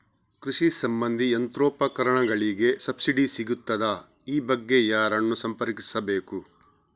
ಕೃಷಿ ಸಂಬಂಧಿ ಯಂತ್ರೋಪಕರಣಗಳಿಗೆ ಸಬ್ಸಿಡಿ ಸಿಗುತ್ತದಾ? ಈ ಬಗ್ಗೆ ಯಾರನ್ನು ಸಂಪರ್ಕಿಸಬೇಕು?